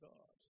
God